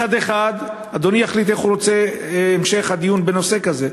מצד אחד אדוני יחליט איך הוא רוצה את המשך הדיון בנושא כזה.